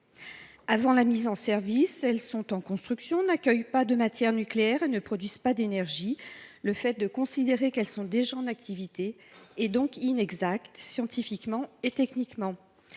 Avant la mise en service, elles sont en construction, n’accueillent pas de matières nucléaires et ne produisent pas d’énergie. Considérer qu’elles sont déjà en activité est donc inexact, tant scientifiquement que techniquement.